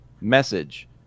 Message